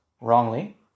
wrongly